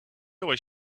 was